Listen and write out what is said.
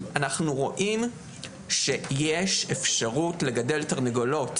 אנחנו רואים שיש אפשרות לגדל תרנגולות